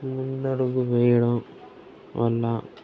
ముందడుగు వెయ్యడం వల్ల